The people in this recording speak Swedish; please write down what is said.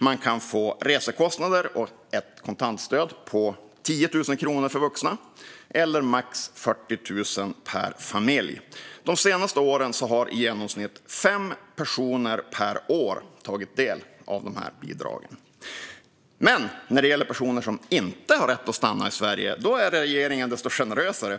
Man kan få resekostnader betalda och ett kontantstöd på 10 000 kronor för vuxna eller max 40 000 per familj. De senaste åren har i genomsnitt fem personer per år tagit del av dessa bidrag. Men när det gäller personer som inte har rätt att stanna i Sverige är regeringen desto generösare.